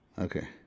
okay